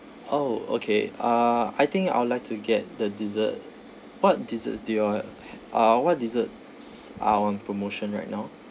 oh okay uh I think I would like to get the dessert what desserts do you all uh what desserts are on promotion right now